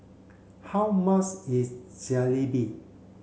how much is Jalebi